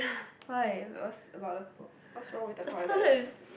why what's about the what's wrong with the toilet